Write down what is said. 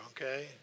Okay